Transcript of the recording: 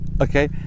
Okay